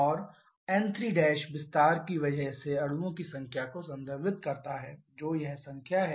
और n3' विस्तार की वजह से अणुओं की संख्या को संदर्भित करता है जो यह संख्या है